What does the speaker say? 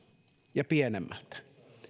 ja pienemmältä